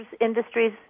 industries